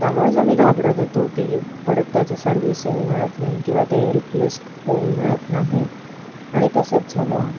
त्यामुळेच आम्ही घाबरत होतो की परत त्याचं सर्विसिंग मिळत नाही किंवा ते रिप्लेस होऊन मिळत नाहीत आणि तसंच झालं